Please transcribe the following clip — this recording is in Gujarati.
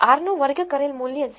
r નો વર્ગ કરેલ મૂલ્ય 0